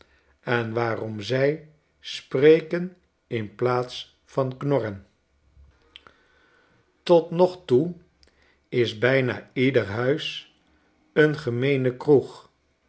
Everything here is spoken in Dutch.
en waarom zij spreken in plaats van knorren tot nog toe is bijna ieder huis een gemeene kroeg